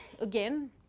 again